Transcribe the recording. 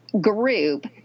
group